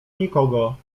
nikogo